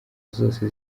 zose